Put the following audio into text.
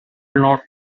not